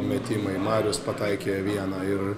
metimai marius pataikė vieną ir